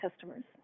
customers